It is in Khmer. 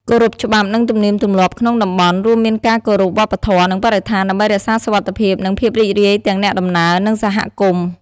គោរពច្បាប់ និងទំនៀមទម្លាប់ក្នុងតំបន់ រួមមានការគោរពវប្បធម៌ និងបរិស្ថាន ដើម្បីរក្សាសុវត្ថិភាព និងភាពរីករាយទាំងអ្នកដំណើរ និងសហគមន៍។